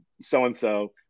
so-and-so